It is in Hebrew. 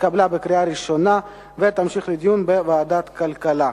נתקבלה בקריאה ראשונה ותמשיך לדיון בוועדת הכלכלה.